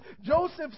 Joseph